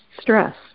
stress